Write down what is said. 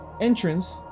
entrance